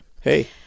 Hey